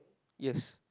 yes